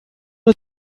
nur